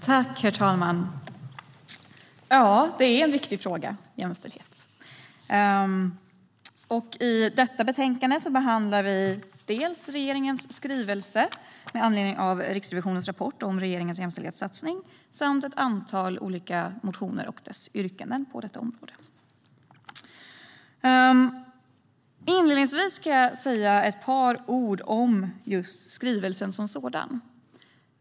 Herr talman! Jämställdhet är en viktig fråga. I betänkandet behandlar vi dels regeringens skrivelse med anledning av Riksrevisionen rapport om regeringens jämställdhetssatsning, dels ett antal olika motioner med yrkanden på området. Inledningsvis ska jag säga ett par ord om skrivelsen som sådan.